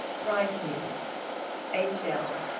write me h l.